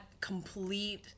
complete